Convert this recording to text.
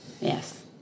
Yes